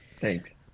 Thanks